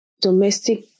domestic